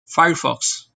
firefox